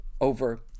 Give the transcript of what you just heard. over